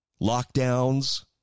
Lockdowns